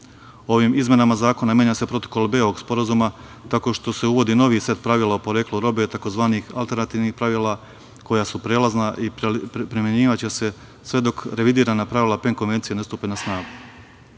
Ovim izmenama zakona menja se protokol B ovog sporazuma tako što se uvodi novi set pravila o poreklu robe tzv. alterantivnih pravila koja su prelazna i primenjivaće se sve dok revidirana pravila PEN konvencije ne stupe na snagu. Nova